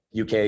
UK